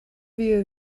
view